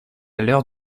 l’heure